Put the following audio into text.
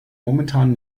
momentan